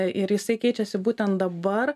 ir jisai keičiasi būtent dabar